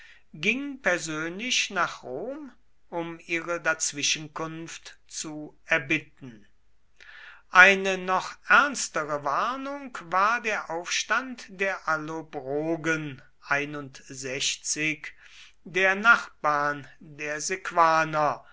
ging persönlich nach rom um ihre dazwischenkunft zu erbitten eine noch ernstere warnung war der aufstand der allobrogen der nachbarn der sequaner